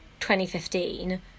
2015